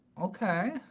Okay